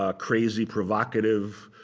ah crazy, provocative,